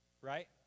Right